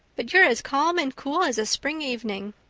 but you're as calm and cool as a spring evening.